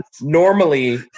normally